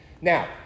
Now